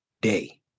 day